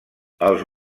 els